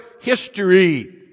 history